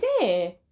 idea